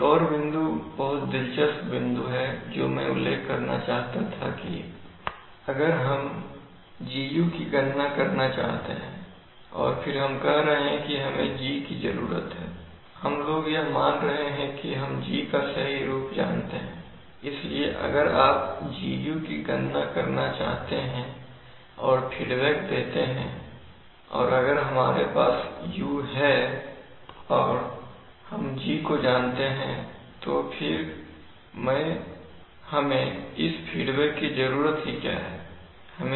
एक और बिंदु बहुत दिलचस्प बिंदु जो मैं उल्लेख करना चाहता था कि अगर हम Gu कि गणना चाहते हैं और फिर हम कह रहे हैं कि हमें G की जरूरत है हम लोग यह मान रहे हैं कि हम G सही रूप से जानते हैं इसलिए अगर आप Gu की गणना करना चाहते हैं और फीडबैक देते हैं और अगर हमारे पास u है और हम G को जानते हैं तो फिर हमें इस फीडबैक की जरूरत ही क्या है